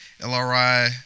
LRI